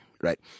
right